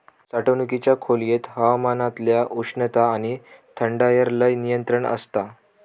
साठवणुकीच्या खोलयेत हवामानातल्या उष्णता आणि थंडायर लय नियंत्रण आसता